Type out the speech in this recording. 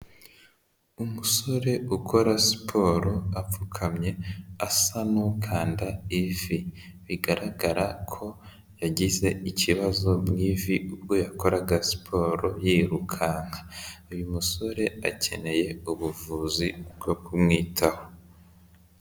Umusore ukora siporo apfukamye asa n'ukanda ivi, bigaragara ko yagize ikibazo mu ivi ubwo yakoraga siporo yirukanka, uyu musore akeneye ubuvuzi bwo kumwitaho.